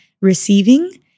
receiving